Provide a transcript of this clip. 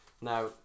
Now